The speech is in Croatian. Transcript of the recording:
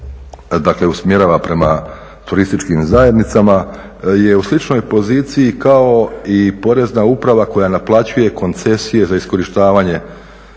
dakle usmjerava prema turističkim zajednicama, je u sličnoj poziciji kao i Porezna uprava koja naplaćuje koncesije za iskorištavanje